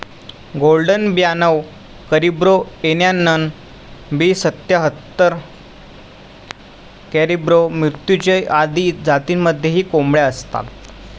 golden ब्याणव करिब्रो एक्याण्णण, बी सत्याहत्तर, कॅरिब्रो मृत्युंजय आदी जातींमध्येही कोंबड्या असतात